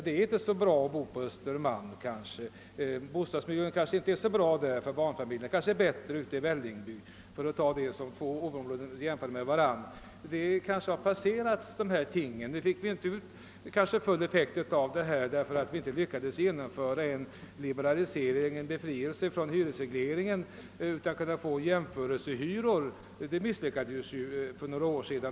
Det är kanske inte så bra att bo på Östermalm. Bostadsbyggandet är kanske inte så bra där för barnfamiljerna. Det kanske är bättre ute i Vällingby, för att nu jämföra dessa områden med varandra. Vad herr Bohman talade om tillhör kanske ett passerat stadium. Vi kanske inte fick ut full effekt, därför att vi inte lyckades genomföra en liberalisering eller avveckling av hyresregleringen. Vi misslyckades ju för några år sedan i fråga om att kunna få fram jämförelsehyror.